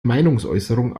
meinungsäußerung